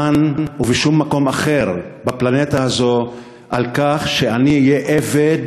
כאן ובשום מקום אחר בפלנטה הזאת, שאני אהיה עבד